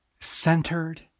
centered